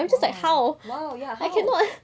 !wow! !wow! ya how